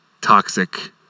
toxic